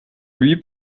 lui